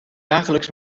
dagelijks